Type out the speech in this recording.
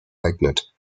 eignet